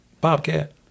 Bobcat